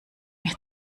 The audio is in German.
mir